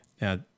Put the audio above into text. Now